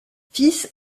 fils